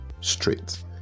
straight